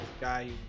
guy